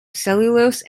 cellulose